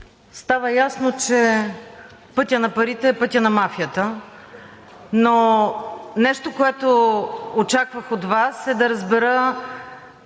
става ясно, че пътят на парите е пътят на мафията. Но нещо, което очаквах от Вас, е да разбера